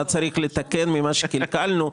מה צריך לתקן ממה שקלקלנו,